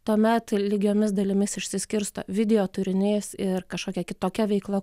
tuomet lygiomis dalimis išsiskirsto video turinys ir kažkokia kitokia veikla